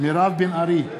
מירב בן ארי,